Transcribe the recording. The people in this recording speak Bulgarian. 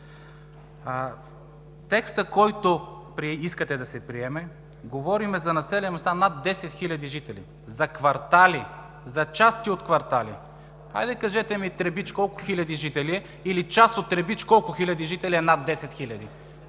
текста, който искате да се приеме, говорим за населени места над 10 хиляди жители, за квартали, за части от квартали. Хайде кажете ми Требич колко хиляди жители е или част от Требич колко хиляди жители е над 10